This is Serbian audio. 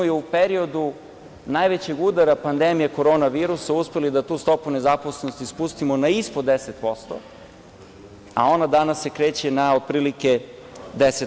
Mi smo je u periodu najvećeg udara pandemije korona virusa uspeli da tu stopu nezaposlenosti spustimo na ispod 10%, a ona se danas kreće na otprilike 10%